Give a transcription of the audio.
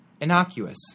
Innocuous